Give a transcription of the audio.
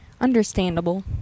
Understandable